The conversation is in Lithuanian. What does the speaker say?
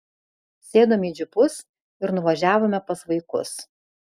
sėdom į džipus ir nuvažiavome pas vaikus